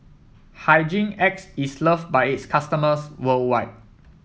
Hygin X is loved by its customers worldwide